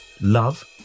love